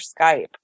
Skype